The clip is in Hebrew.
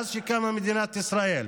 מאז שקמה מדינת ישראל.